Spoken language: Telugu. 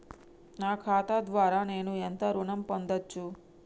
నా ఖాతా ద్వారా నేను ఎంత ఋణం పొందచ్చు?